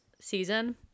season